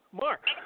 Mark